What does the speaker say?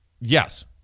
Yes